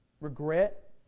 Regret